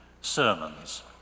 sermons